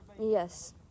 Yes